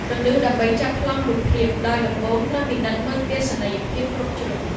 គន្លឹះដើម្បីចាប់ប្លង់រូបភាព ដោយដំបូងត្រូវពិនិត្យមើលទស្សនីយភាពគ្រប់ជ្រុង។